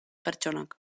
pertsonak